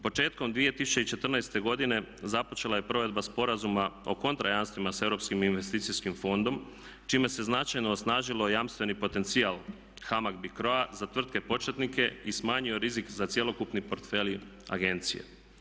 Početkom 2014. godine započela je provedba Sporazuma o kontra jamstvima sa Europskim investicijskim fondom čime se značajno osnažilo jamstveni potencijal HAMAG BICRO-a za tvrtke početnike i smanjio rizik za cjelokupni portfelj agencije.